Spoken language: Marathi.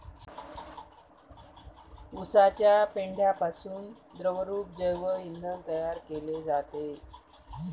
उसाच्या पेंढ्यापासून द्रवरूप जैव इंधन तयार केले जाते